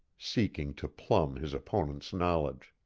seeking to plumb his opponent's knowledge.